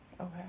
Okay